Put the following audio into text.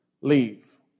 leave